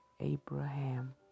Abraham